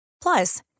Plus